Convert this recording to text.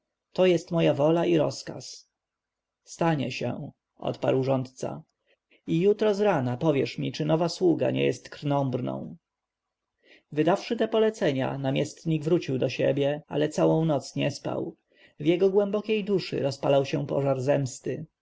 to jest moja wola i rozkaz stanie się odparł rządca i jutro z rana powiesz mi czy nowa sługa nie jest krnąbrną wydawszy te polecenia namiestnik wrócił do siebie ale całą noc nie spał w jego głębokiej duszy rozpalał się płomień zemsty